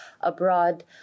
abroad